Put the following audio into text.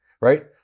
right